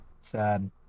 Sad